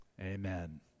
Amen